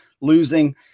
losing